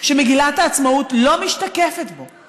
שמגילת העצמאות לא משתקפת בו?